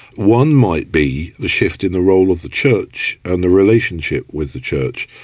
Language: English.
one might be the shift in the role of the church, and the relationship with the church.